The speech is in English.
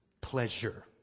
pleasure